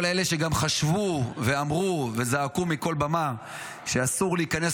כל אלה שגם חשבו ואמרו וזעקו מכל במה שאסור להיכנס